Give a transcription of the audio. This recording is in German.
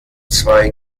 zwei